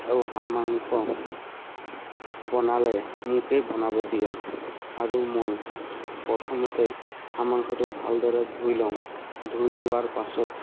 আৰু হাঁহ মাংস বনালে মোকেই বনাব দিয়ে আৰু মই প্ৰথমতে হাঁহ মাংসটো ভালদৰে ধুই লওঁ ধুই লোৱাৰ পাছত